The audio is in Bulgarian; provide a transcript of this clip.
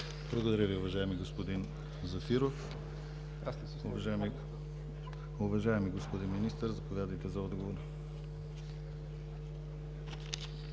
Благодаря Ви, уважаеми господин Зафиров. Уважаеми господин Министър, заповядайте за отговор.